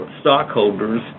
stockholders